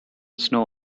snow